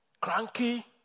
cranky